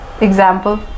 Example